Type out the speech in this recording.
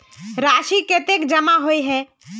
राशि कतेक जमा होय है?